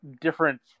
different